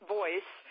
voice